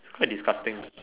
quite disgusting uh